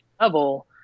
level